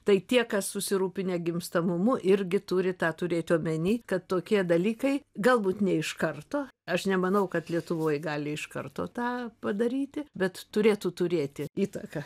tai tie kas susirūpinę gimstamumu irgi turi tą turėti omeny kad tokie dalykai galbūt ne iš karto aš nemanau kad lietuvoj gali iš karto tą padaryti bet turėtų turėti įtaką